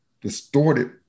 distorted